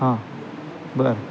हां बरं